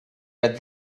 read